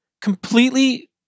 completely